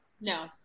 No